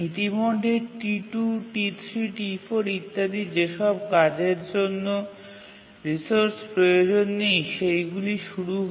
ইতিমধ্যে T2 T3 T4 ইত্যাদি যেসব কাজের জন্য রিসোর্স প্রয়োজন নেই সেইগুলি শুরু হয়